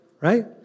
right